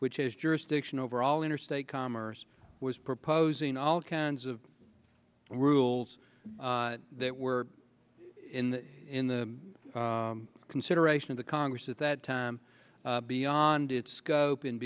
which has jurisdiction over all interstate commerce was proposing all kinds of rules that were in the in the consideration of the congress at that time beyond its scope and